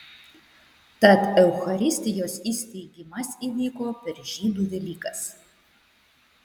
tad eucharistijos įsteigimas įvyko per žydų velykas